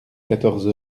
quatorze